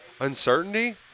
uncertainty